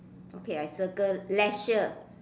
okay I circle leisure